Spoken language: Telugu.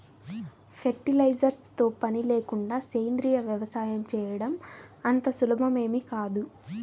ఫెర్టిలైజర్స్ తో పని లేకుండా సేంద్రీయ వ్యవసాయం చేయడం అంత సులభమేమీ కాదు